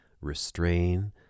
restrain